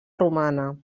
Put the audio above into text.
romana